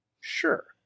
sure